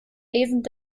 lesend